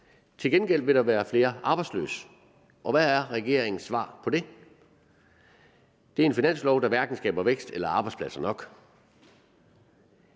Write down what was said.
Til gengæld vil der være flere arbejdsløse. Og hvad er regeringens svar på det? Det er en finanslov, der hverken skaber vækst eller arbejdspladser nok.